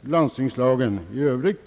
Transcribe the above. landstingslagen i övrigt.